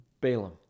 Balaam